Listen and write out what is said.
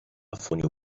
ffonio